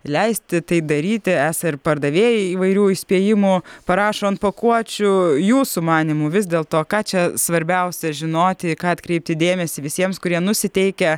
leisti tai daryti esą ir pardavėjai įvairių įspėjimų parašo ant pakuočių jūsų manymu vis dėlto ką čia svarbiausia žinoti ką atkreipti dėmesį visiems kurie nusiteikę